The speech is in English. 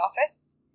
office